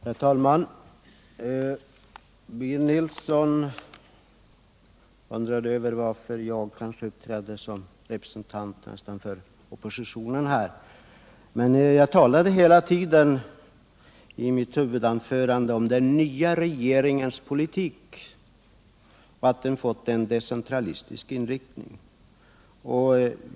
Herr talman! Birger Nilsson menade att jag nästan uppträdde som representant för oppositionen. Men jag talade i mitt huvudanförande om den nya regeringens politik och om att den fått en decentralistisk inriktning.